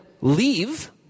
leave